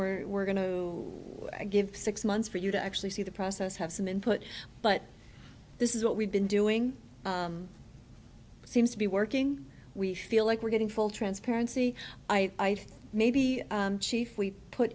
where we're going to give six months for you to actually see the process have some input but this is what we've been doing it seems to be working we feel like we're getting full transparency i may be chief we put